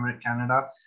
Canada